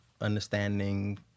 understanding